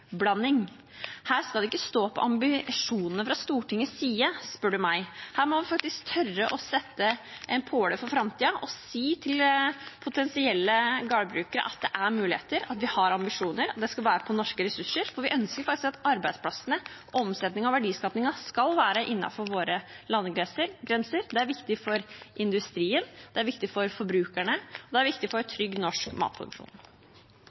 Her skal det ikke stå på ambisjonene fra Stortingets side, spør du meg. Her må vi faktisk tørre å sette en påle for framtiden og si til potensielle gårdbrukere at det er muligheter, at vi har ambisjoner, og at det skal være med norske ressurser, for vi ønsker at arbeidsplassene, omsetningen og verdiskapingen skal være innenfor våre landegrenser. Det er viktig for industrien, det er viktig for forbrukerne, og det er viktig for trygg norsk matproduksjon.